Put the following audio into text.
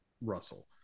russell